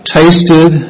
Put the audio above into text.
tasted